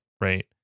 right